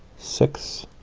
six,